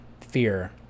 fear